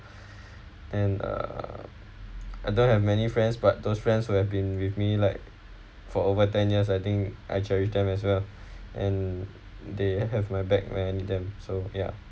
and uh I don't have many friends but those friends will have been with me like for over ten years I think I cherish them as well and they have my back when I need them so ya